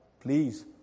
please